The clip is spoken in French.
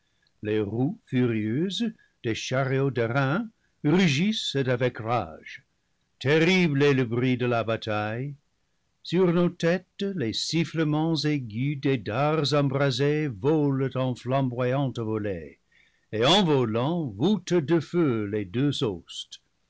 les roues furieuses des chariots d'airain rugissent avec rage ter rible est le bruit de la bataille sur nos têtes les sifflements aigus des dards embrasés volent en flamboyantes volées et en volant voûtent de feu les deux